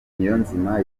niyonzima